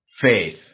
faith